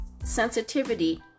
sensitivity